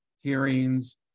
hearings